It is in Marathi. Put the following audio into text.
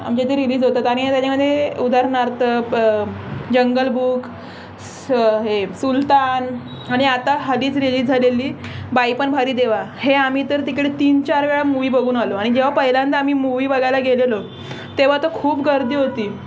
आमच्या इथे रिलीज होतात आणि त्याच्यामधे उदाहरणार्थ जंगलबूक हे सुलतान आणि आता हल्लीच रिलीज झालेली बाईपण भारी देवा हे आम्ही तर तिकडे तीनचार वेळा मूवी बघून आलो आणि जेव्हा पहिल्यांदा आम्ही मुवी बघायला गेलेलो तेव्हा तर खूप गर्दी होती